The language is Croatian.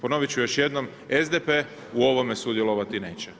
Ponovit ću još jednom, SDP u ovome sudjelovati neće.